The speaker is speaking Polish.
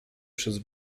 przez